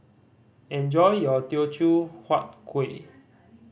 enjoy your Teochew Huat Kueh